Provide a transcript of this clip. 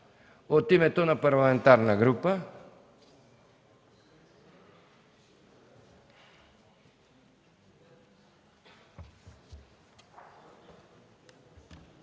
От името на Парламентарната група